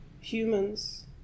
Humans